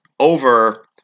Over